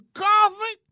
coffee